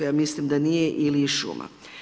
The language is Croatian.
Ja mislim da nije i šuma.